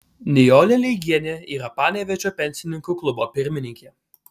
nijolė leigienė yra panevėžio pensininkų klubo pirmininkė